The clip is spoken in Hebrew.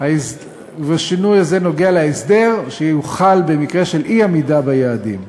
והשינוי הזה נוגע להסדר שיוחל במקרה של אי-עמידה ביעדים.